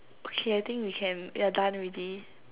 okay I think we can we're done already